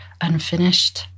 unfinished